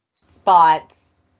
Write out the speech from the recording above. spots